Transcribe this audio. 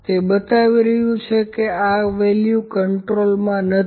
તેથી તે બતાવી રહ્યું છે કે એક વેલ્યુ કન્ટ્રોલમાં નથી